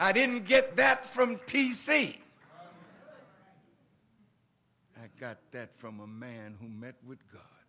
i didn't get that from t say i got that from a man who met with god